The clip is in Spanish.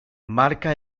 marca